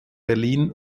berlin